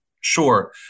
Sure